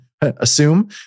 assume